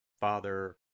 Father